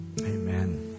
amen